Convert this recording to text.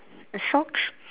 a socks